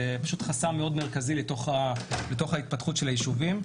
זה פשוט חסם מאוד מרכזי בהתפתחות היישובים.